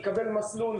יקבל מסלול,